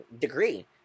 degree